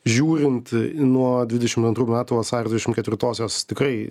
žiūrint nuo dvidešimt antrų metų vasario dvidešimt ketvirtosios tikrai